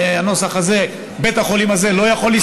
הנוסח הזה בית החולים הזה לא יכול להסתייע,